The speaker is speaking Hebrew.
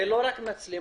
אלה לא רק המצלמות,